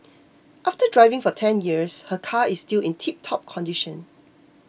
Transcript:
after driving for ten years her car is still in tiptop condition